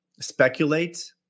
speculate